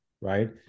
right